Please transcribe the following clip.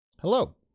Hello